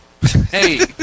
Hey